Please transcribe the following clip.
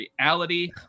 reality